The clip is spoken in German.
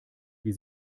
wie